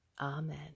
Amen